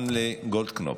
גם לגולדקנופ: